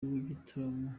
w’igitaramo